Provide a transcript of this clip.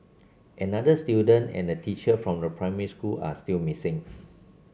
another student and a teacher from primary school are still missing